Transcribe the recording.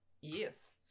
Yes